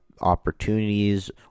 opportunities